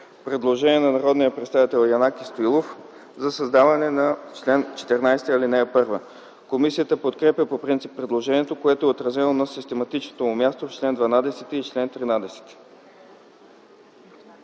Предложение на народния представител Янаки Стоилов за създаване на чл. 14, ал. 1. Комисията подкрепя по принцип предложението, което е отразено на систематичното му място в чл. 12 и чл. 13.